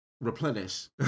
replenish